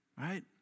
Right